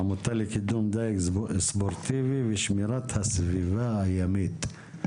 העמותה לקידום דייג ספורטיבי ושמירת הסביבה הימית.